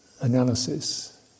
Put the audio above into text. analysis